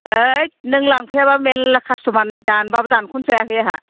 होइथ नों लांफैयाबा मेरला खास्थ'मार नै दानबाबो दानख'नोसो हायाखै आंहा